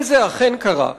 אם זה אכן קרה,